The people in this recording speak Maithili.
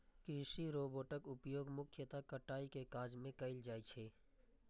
कृषि रोबोटक उपयोग मुख्यतः कटाइ के काज मे कैल जाइ छै